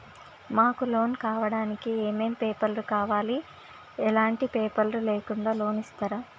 మాకు లోన్ కావడానికి ఏమేం పేపర్లు కావాలి ఎలాంటి పేపర్లు లేకుండా లోన్ ఇస్తరా?